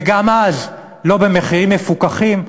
וגם אז לא במחירים מפוקחים,